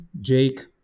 Jake